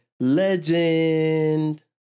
Legend